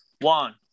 One